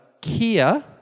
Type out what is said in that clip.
Kia